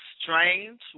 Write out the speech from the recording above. strange